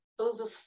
Over